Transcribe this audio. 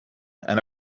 and